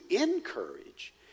encourage